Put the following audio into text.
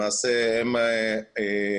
למעשה הם יהיו